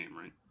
right